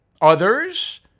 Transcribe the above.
Others